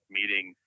meeting